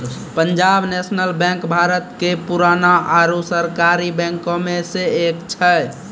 Punjab national bank Bharat के पुराना आरु सरकारी बैंको मे से एक छै